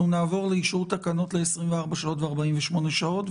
אנחנו נעבור לאישור תקנות ל-24 שעות ו-48 שעות,